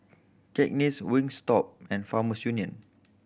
Cakenis Wingstop and Farmers Union